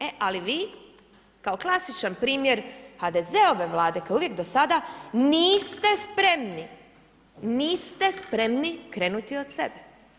E ali vi kao klasičan primjer HDZ-ove vlade kao i uvijek do sada, niste spremni, niste spremni krenuti od sebe.